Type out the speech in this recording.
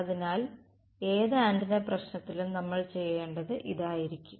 അതിനാൽ ഏത് ആന്റിന പ്രശ്നത്തിലും നമ്മൾ ചെയ്യേണ്ടത് ഇതായിരിക്കും